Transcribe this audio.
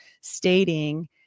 stating